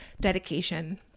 dedication